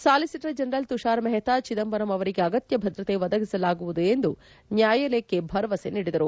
solicitor general Tushar Mehta Chidambaram ಅವರಿಗೆ ಅಗತ್ಯ ಭದ್ರತೆ ಒದಗಿಸಲಾಗುವುದು ಎಂದು ನ್ಯಾಯಾಲಯಕ್ಕೆ ಭರವಸೆ ನೀಡಿದರು